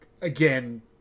again